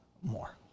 more